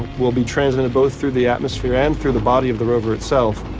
will be transmitted both through the atmosphere and through the body of the rover itself.